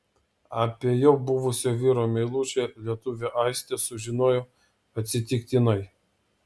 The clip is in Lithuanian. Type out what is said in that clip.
apie jau buvusio vyro meilužę lietuvę aistė sužinojo atsitiktinai